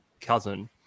cousin